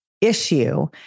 issue